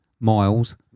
Miles